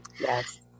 Yes